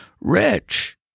rich